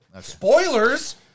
Spoilers